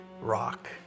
rock